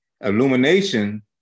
Illumination